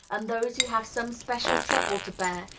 and those who have some special trouble to bear,